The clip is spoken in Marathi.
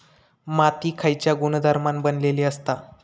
माती खयच्या गुणधर्मान बनलेली असता?